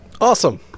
awesome